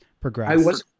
progress